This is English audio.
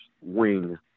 wing